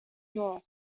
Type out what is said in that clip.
north